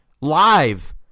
live